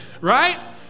Right